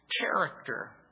character